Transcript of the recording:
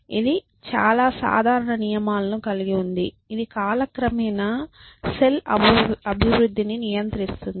ఇది చాలా సాధారణ నియమాలను కలిగి ఉంది ఇది కాలక్రమేణా సెల్ అభివృద్ధి ని నియంత్రిస్తుంది